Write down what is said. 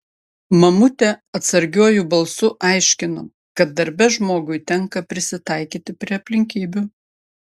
mamutė atsargiuoju balsu aiškino kad darbe žmogui tenka prisitaikyti prie aplinkybių